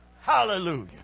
Hallelujah